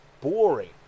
boring